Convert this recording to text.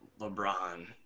LeBron